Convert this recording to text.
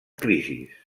crisis